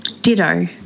ditto